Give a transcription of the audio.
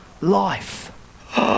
life